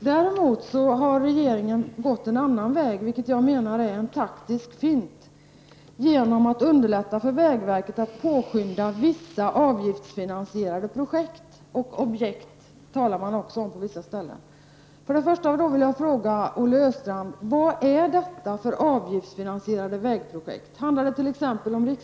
Däremot har regeringen gått en annan väg, vilket jag menar är en taktisk fint, genom att underlätta för vägverket att påskynda vissa avgiftsfinansierade projekt och objekt, som man också talar om på vissa ställen.